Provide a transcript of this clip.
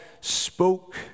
spoke